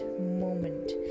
moment